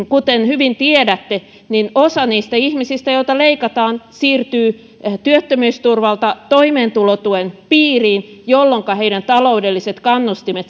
kuten hyvin tiedätte osa niistä ihmisistä joilta leikataan siirtyy työttömyysturvalta toimeentulotuen piiriin jolloinka heidän taloudelliset kannustimensa